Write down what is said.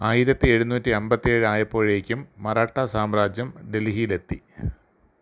ആയിരത്തി എഴുന്നൂറ്റി അൻപത്തേഴായപ്പോഴേക്കും മറാഠാ സാമ്രാജ്യം ഡൽഹിയിലെത്തി